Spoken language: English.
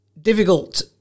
Difficult